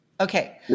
Okay